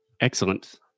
excellent